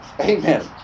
Amen